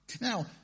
Now